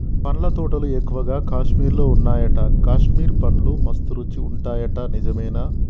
పండ్ల తోటలు ఎక్కువగా కాశ్మీర్ లో వున్నాయట, కాశ్మీర్ పండ్లు మస్త్ రుచి ఉంటాయట నిజమేనా